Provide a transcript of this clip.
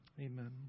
Amen